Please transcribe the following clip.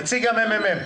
נציג מרכז המידע והמחקר.